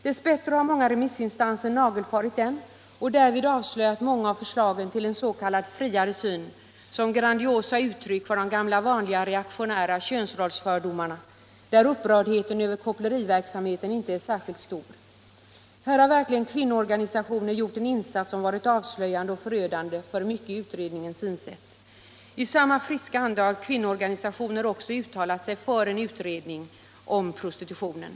Dess bättre har många remissinstanser nagelfarit utredningen och därvid avslöjat många av förslagen till en s.k. friare syn som grandiosa uttryck för de gamtla vanliga reaktionära KÖnsrollsfördomarna, där upprördheten över koppleriverksamheten inte är särskilt stor. Här har verkligen kvinnoorganisationer gjort en insats som varit avslöjande och förödande för mycket i utredningens synsätt. I samma friska anda har kvinnoorganisationer också uttalat sig för en utredning om prostitutionen.